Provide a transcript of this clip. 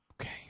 Okay